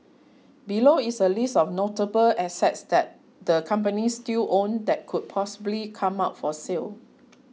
below is a list of notable assets that the companies still own that could possibly come up for sale